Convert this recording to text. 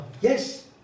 Yes